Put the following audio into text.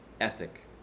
ethic